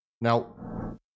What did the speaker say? Now